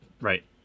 right